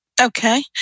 Okay